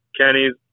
Kenny's